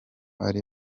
ari